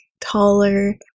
taller